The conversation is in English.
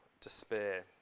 despair